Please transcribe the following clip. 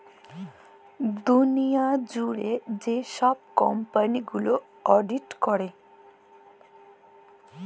দুঁলিয়া জুইড়ে যে ছব কম্পালি গুলা অডিট ক্যরে